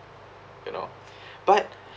you know but